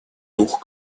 дух